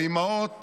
באימהות